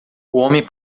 homem